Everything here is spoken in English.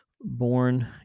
born